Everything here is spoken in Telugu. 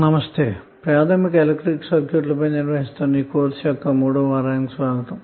నమస్తేప్రాథమిక ఎలక్ట్రికల్ సర్క్యూట్లపై నిర్వహిస్తున్న ఈ కోర్సు యొక్క3వ వారానికిస్వాగతం